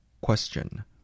Question